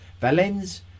Valens